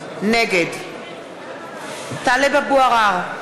נגד טלב אבו עראר,